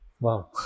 Wow